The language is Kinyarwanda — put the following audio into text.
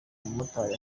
umumotari